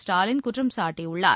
ஸ்டாலின் குற்றம் சாட்டியுள்ளார்